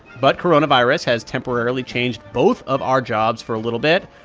but coronavirus has temporarily changed both of our jobs for a little bit.